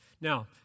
Now